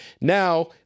now